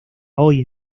hoy